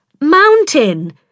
Mountain